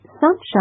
sunshine